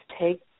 take